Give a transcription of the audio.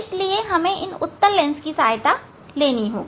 इसलिए हमें इन उत्तल लेंस की सहायता लेनी होगी